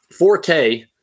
4K